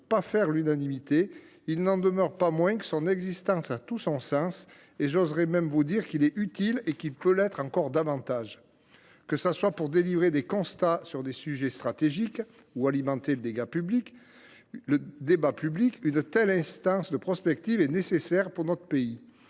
semble pas faire l’unanimité, il n’en demeure pas moins que son existence a tout son sens. J’oserai même vous dire qu’il est utile et qu’il peut l’être encore davantage. Que ce soit pour délivrer des analyses sur des sujets stratégiques ou alimenter le débat public, une telle instance de prospective est nécessaire pour notre pays.